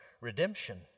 redemption